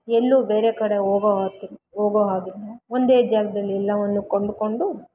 ಎಲ್ಲೂ ಬೇರೆ ಕಡೆ ಹೋಗೊ ಆಗ್ತಿ ಹೋಗೊ ಹಾಗಿಲ್ಲ ಒಂದೇ ಜಾಗದಲ್ಲಿ ಎಲ್ಲವನ್ನು ಕೊಂಡುಕೊಂಡು